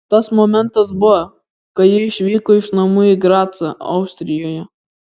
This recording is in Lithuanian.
tas momentas buvo kai ji išvyko iš namų į gracą austrijoje